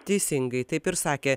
teisingai taip ir sakė